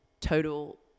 total